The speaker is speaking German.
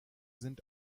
sind